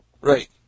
Right